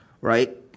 right